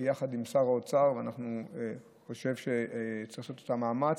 יחד עם שר האוצר אני חושב שצריך לעשות את המאמץ.